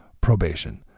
probation